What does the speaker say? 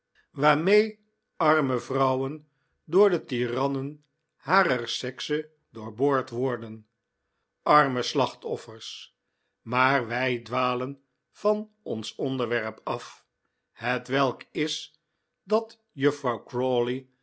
waarmee arme vrouwen door de tirannen harer sekse doorboord worden arme slachtoffers maar wij dwalen van ons onderwerp af hetwelk is dat juffrouw